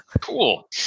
Cool